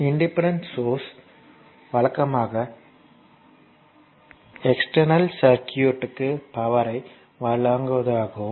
independent sources வழக்கமாக external சர்க்யூட்க்கு பவர்யை வழங்குவதாகும்